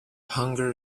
hunger